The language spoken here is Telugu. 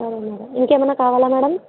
సరే మేడమ్ ఇంకేమన్నా కావాలా మేడమ్